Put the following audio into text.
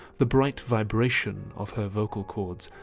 the bright vibration of her vocal cords,